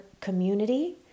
community